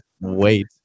wait